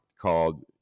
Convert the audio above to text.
called